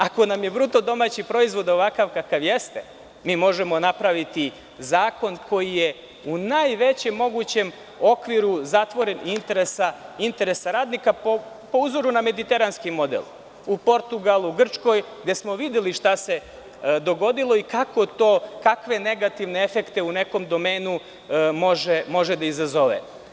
Ako nam je BDP ovakav kakav jeste, mi možemo napraviti zakon koji je u najvećem mogućem okviru zatvoren, interesa radnika, po uzoru na mediteranski model, u Portugalu, u Grčkoj gde smo videli šta se dogodilo i kakve negativne efekte u nekom domenu može da izazove.